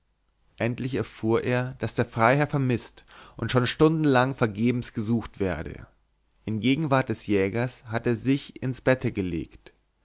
endlich erfuhr er daß der freiherr vermißt und schon stundenlang vergebens gesucht werde in gegenwart des jägers hatte er sich ins bette gelegt